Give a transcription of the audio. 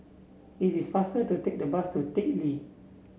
it is faster to take the bus to Teck Lee